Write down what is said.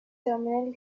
terminal